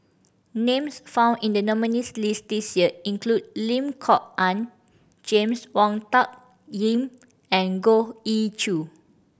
names found in the nominees' list this year include Lim Kok Ann James Wong Tuck Yim and Goh Ee Choo